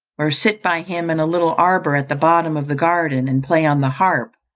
or sit by him in a little arbour at the bottom of the garden, and play on the harp,